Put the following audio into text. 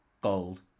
gold